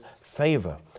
favor